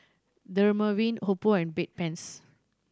Dermaveen Oppo and Bedpans